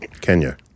Kenya